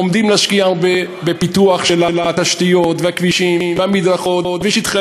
עומדים להשקיע בפיתוח של התשתיות והכבישים והמדרכות ושטחי